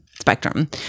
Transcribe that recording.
spectrum